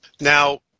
Now